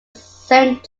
saint